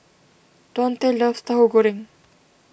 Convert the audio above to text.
Dontae loves Tauhu Goreng